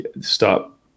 stop